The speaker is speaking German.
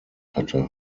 hatte